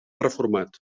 reformat